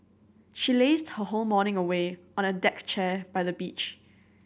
she lazed her whole morning away on a deck chair by the beach